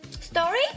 Story